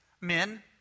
men